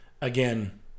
again